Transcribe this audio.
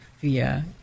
via